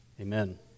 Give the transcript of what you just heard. amen